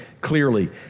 clearly